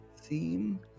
Theme